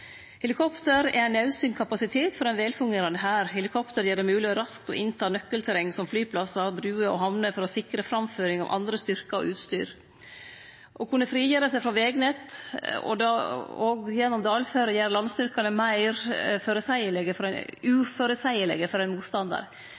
Helikopter er ein naudsynt kapasitet for ein vel fungerande hær. Helikopter gjer det mogleg raskt å ta nøkkelterreng som flyplassar, bruer og hamner for å sikre framføring av andre styrkar og utstyr, kunne frigjere seg frå vegnettet og gjennom dalføre gjere landstyrkane meir uføreseielege for ein